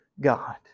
God